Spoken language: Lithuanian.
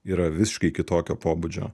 yra visiškai kitokio pobūdžio